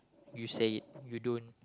you say it you don't